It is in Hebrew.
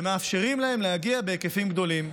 ומאפשרים להם להגיע בהיקפים גדולים.